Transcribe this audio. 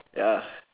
ya